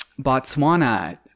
Botswana